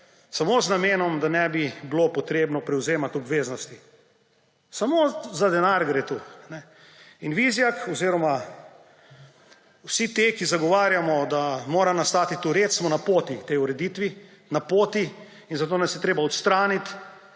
samo z namenom, da ne bi bilo potrebno prevzemati obveznosti. Samo za denar gre tu. In Vizjak oziroma vsi ti, ki zagovarjamo, da mora nastati tu red, smo napoti tej ureditvi in zato nas je treba odstraniti